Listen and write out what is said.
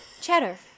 Cheddar